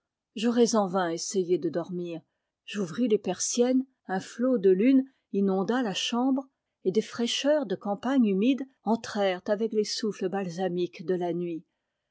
j'aurais en vain essayé de dormir j'ouvris les persiennes un flot de lune inonda la chambre et des fraîcheurs de campagne humide entrèrent avec les souffles balsamiques de la nuit